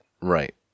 Right